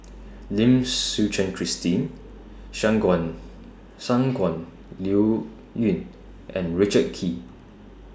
Lim Suchen Christine Shangguan Liuyun and Richard Kee